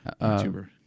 YouTuber